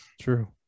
true